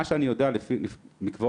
מה שאני יודע, מקוואות,